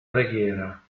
preghiera